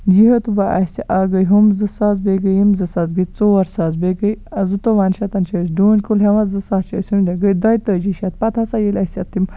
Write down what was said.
یہِ ہیٚوت ووں اَسہِ اکھ گٔے ہُم زٕ ساس بیٚیہِ گٔے یِم زٕ ساس گٔے ژور ساس بیٚیہِ گٔے زٕتووُہن شیٚتن چھِ أسۍ ڈوٗنۍ کُل ہیٚوان زٕ ساس چھِ أسۍ گٔے دۄیہِ تٲجی شیٚتھ پَتہٕ ہسا ییٚلہِ اَسہِ اتھ تِم